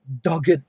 dogged